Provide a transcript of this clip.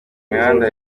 mihanda